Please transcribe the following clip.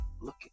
look